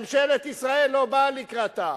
ממשלת ישראל לא באה לקראתה.